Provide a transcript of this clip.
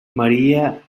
maria